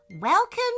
Welcome